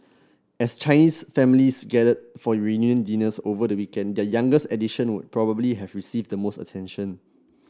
as Chinese families gathered for reunion dinners over the weekend their youngest addition would probably have received the most attention